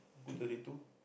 who thirty two